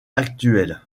actuelle